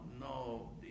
no